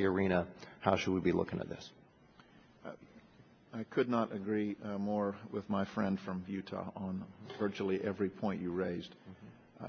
arena how should we be looking at this i could not agree more with my friend from utah on virtually every point you raised